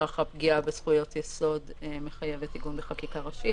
ולפיכך הפגיעה בזכויות יסוד מחייבת עיגון בחקיקה ראשית.